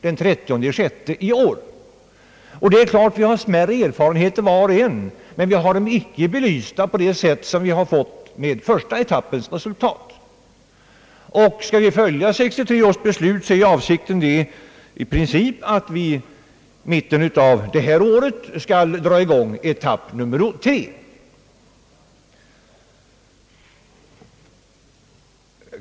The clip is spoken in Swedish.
Det är klart att var och en av oss har smärre erfarenheter, men vi har dem icke belysta på samma sätt som i fråga om första etappens resultat. Skall vi följa 1963 års beslut så är avsikten i princip att vi i mitten av detta år skall dra i gång etapp nr 3.